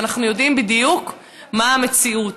ואנחנו יודעים בדיוק מה המציאות.